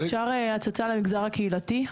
אפשר הצצה למגזר הקהילתי?